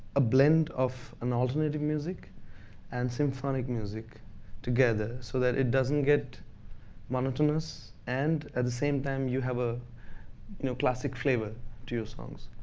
a blend of an alternating music and symphonic music together so that it doesn't get monotonous. and at the same time, you have a you know classic flavor to your songs.